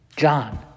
John